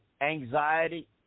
anxiety